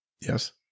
Yes